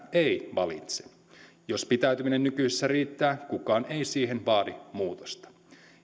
ei valitse jos pitäytyminen nykyisessä riittää kukaan ei siihen vaadi muutosta